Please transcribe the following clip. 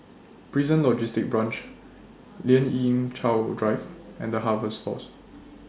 Prison Logistic Branch Lien Ying Chow Drive and The Harvest Force